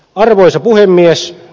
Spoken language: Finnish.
arvoisa puhemies